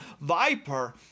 Viper